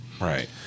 Right